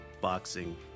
boxing